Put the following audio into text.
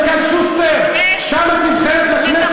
בקפה במרכז שוסטר, שם את נבחרת לכנסת.